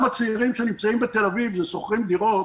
גם הצעירים שנמצאים בתל אביב ושוכרים דירות,